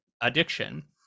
addiction